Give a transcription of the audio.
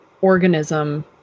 organism